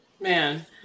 Man